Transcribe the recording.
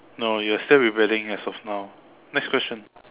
no you're still rebelling as of now next question